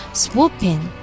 swooping